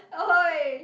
oi